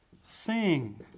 sing